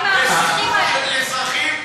עם סיכון של אזרחים,